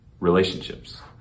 Relationships